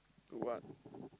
to what